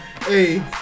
Hey